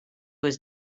was